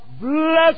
bless